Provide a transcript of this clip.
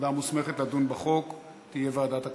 הוועדה המוסמכת לדון בחוק תהיה ועדת הכלכלה.